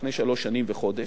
לפני שלוש שנים וחודש,